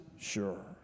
Sure